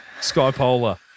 Skypolar